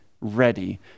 ready